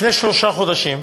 לפני שלושה חודשים,